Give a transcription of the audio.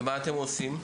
ומה אתם עושים?